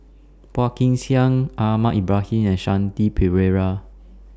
Phua Kin Siang Ahmad Ibrahim and Shanti Pereira